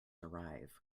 arrive